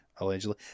allegedly